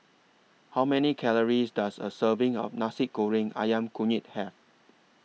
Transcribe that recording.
How Many Calories Does A Serving of Nasi Goreng Ayam Kunyit Have